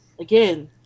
again